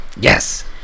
Yes